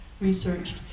researched